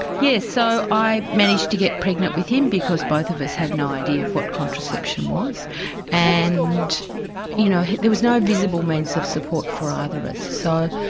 yes, so i managed to get pregnant with him because both of us had no idea of what contraception was and you know there was no visible means of support for either of us so